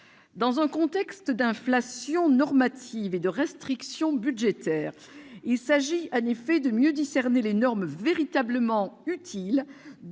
Dans un contexte d'inflation normative et de restriction budgétaire, il s'agit en effet de mieux discerner les normes véritablement utiles